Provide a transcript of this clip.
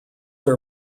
are